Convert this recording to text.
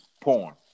porn